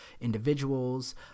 individuals